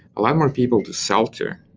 a lot more people to sell to,